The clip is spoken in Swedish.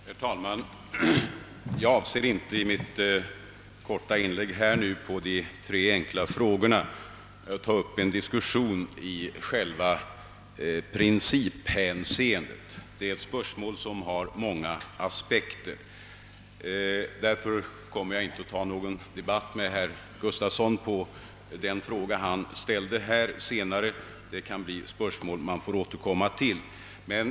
Herr talman! Jag avser inte att i mitt korta inlägg med anledning av de tre enkla frågorna ta upp en diskussion om själva principen — det är ett spörsmål med många aspekter. Därför kommer jag inte att gå in på någon debatt med herr Gustavsson i Alvesta om de frågor han ställde — det kan bli tillfälle att återkomma till den saken.